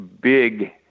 big